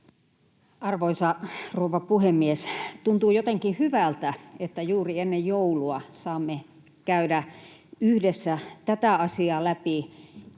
Arvoisa rouva puhemies! Tuntuu jotenkin hyvältä, että juuri ennen joulua saamme käydä yhdessä tätä asiaa läpi